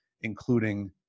including